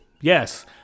Yes